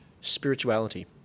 spirituality